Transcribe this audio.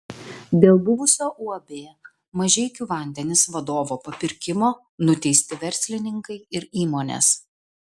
dėl buvusio uab mažeikių vandenys vadovo papirkimo nuteisti verslininkai ir įmonės